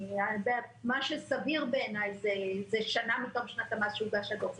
מה שסביר בעיניי זה שנה מתום שנת המס שהוגש הדוח,